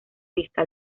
vista